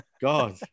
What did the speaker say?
God